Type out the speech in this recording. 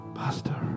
pastor